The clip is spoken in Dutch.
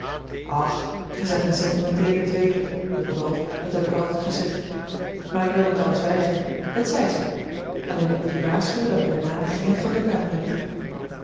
gij zijt een sentimenteele dweper willibald dat heb ik altijd gezegd maar ik wil niet alles weigeren het zij zoo alleen ik moet u waarschuwen dat mijn naam geen geluk aanbrengt